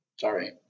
Sorry